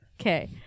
Okay